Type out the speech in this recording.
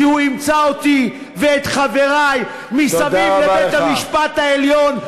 כי הוא ימצא אותי ואת חברי מסביב לבית-המשפט העליון,